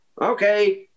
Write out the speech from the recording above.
okay